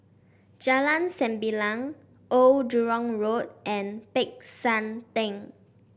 Jalan Sembilang Old Jurong Road and Peck San Theng